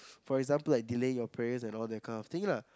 for example like delaying your prayers and all that kind of thing lah